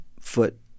foot